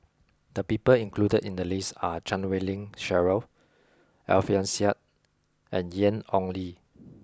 the people included in the list are Chan Wei Ling Cheryl Alfian Sa'at and Ian Ong Li